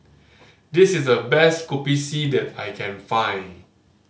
this is the best Kopi C that I can find